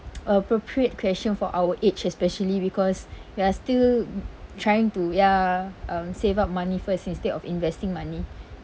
appropriate question for our age especially because we are still trying to ya um save up money first instead of investing money